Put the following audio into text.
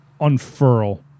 unfurl